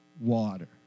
water